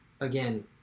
again